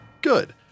Good